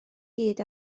gyd